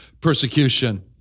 persecution